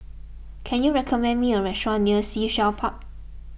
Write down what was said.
can you recommend me a restaurant near Sea Shell Park